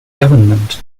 government